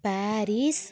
Paris